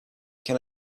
can